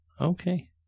Okay